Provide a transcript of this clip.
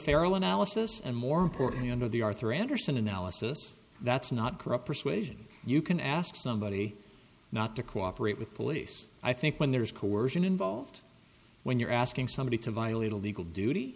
fair and more importantly under the arthur andersen analysis that's not corrupt persuasion you can ask somebody not to cooperate with police i think when there is coercion involved when you're asking somebody to violate a legal duty